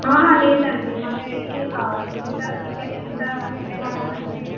లేదండి మాకు ఏసీయే కావాలి ఎంత టికెట్ ఎంత ఎక్కువ ఉన్నా సరే